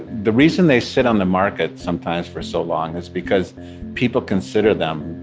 the reason they sit on the market sometimes for so long is because people consider them